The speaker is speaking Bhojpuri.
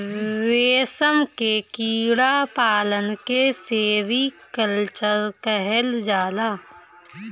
रेशम के कीड़ा पालन के सेरीकल्चर कहल जाला